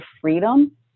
freedom